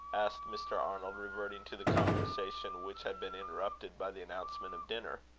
asked mr. arnold, reverting to the conversation which had been interrupted by the announcement of dinner.